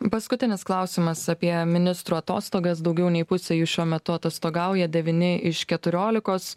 paskutinis klausimas apie ministrų atostogas daugiau nei pusė jų šiuo metu atostogauja devyni iš keturiolikos